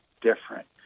different